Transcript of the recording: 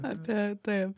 apie taip